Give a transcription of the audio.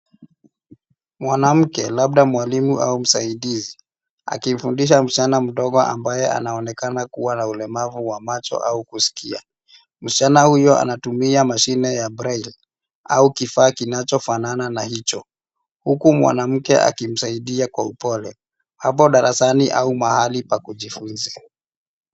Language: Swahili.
Mwanamke, labda mwalimu au msaidizi akifundisha msichana mdogo ambaye anaonekana kuwa na ulemavu wa macho au kusikia. Msichana huyo anatumia mashine ya braille au kifaa kinachofanana na hicho, huku mwanamke akimsaidia kwa upole. Apo darasani au mahali pa kujifunzia.